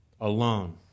alone